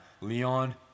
Leon